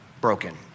broken